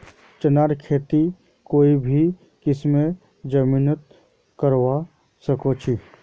चनार खेती कोई भी किस्मेर जमीनत करवा सखछी